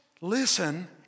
listen